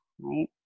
right